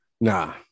Nah